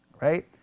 Right